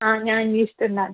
ആ ഞാൻ അന്വേഷിച്ച് ഉണ്ടായിരുന്നു